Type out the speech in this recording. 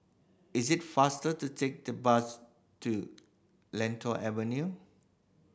is it faster to take the bus to Latol Avenue